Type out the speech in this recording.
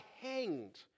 hanged